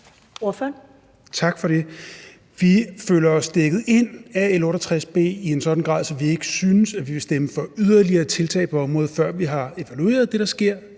Tak for det. Vi føler os dækket ind af L 68 B i en sådan grad, at vi ikke synes, at vi vil stemme for yderligere tiltag på området, før vi har evalueret det, der sker